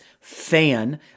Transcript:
fan